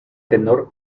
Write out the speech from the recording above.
tenor